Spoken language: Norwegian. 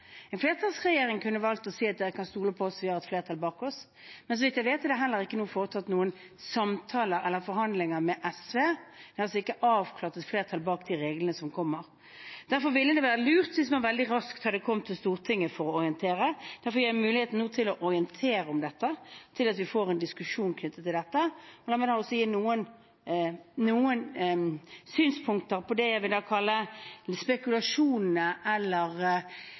En flertallsregjering kunne valgt å si: Dere kan stole på oss, vi har et flertall bak oss. Men så vidt jeg vet, er det heller ikke foretatt noen samtaler eller forhandlinger med SV. Det er altså ikke et avklart flertall bak de reglene som kommer. Derfor ville det vært lurt om man veldig raskt hadde kommet til Stortinget for å orientere, og derfor gir jeg nå muligheten til å orientere om dette og til å få en diskusjon om dette. La meg også gi noen synspunkter på det jeg vil kalle spekulasjonene om eller